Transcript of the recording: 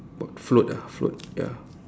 what float ah float ya